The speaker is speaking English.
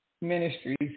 ministries